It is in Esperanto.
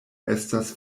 estas